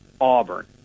Auburn